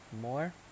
more